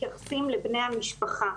מתייחסים לבני המשפחה.